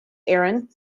aaron